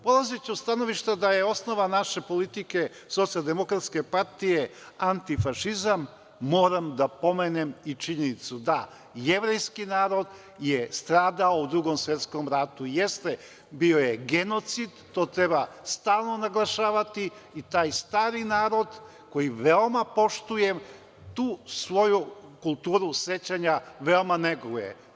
Polazeći od stanovišta da je osnova naše politike SDP anti-fašizam, moram da pomenem i činjenicu da jevrejski narod je stradao u Drugom svetskom ratu, jeste bio je genocid, to treba stalno naglašavati i taj stari narod koji veoma poštujem, tu svoju kulturu sećanja veoma neguje.